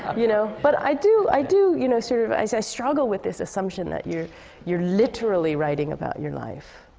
you know? but i do i do, you know, sort of i so i struggle with this assumption that you're you're literally writing about your life,